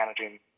managing